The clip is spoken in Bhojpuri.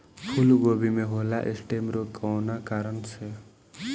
फूलगोभी में होला स्टेम रोग कौना कारण से?